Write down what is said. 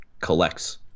collects